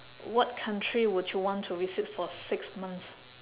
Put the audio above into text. what country would you want to visit for six months